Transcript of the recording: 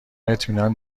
اطمینان